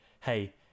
Hey